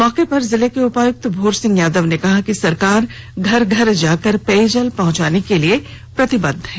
मौके पर जिले के उपायुक्त भोर सिंह यादव ने कहा कि सरकार घर घर जाकर पेयजल पहुंचाने के लिए प्रतिबद्ध है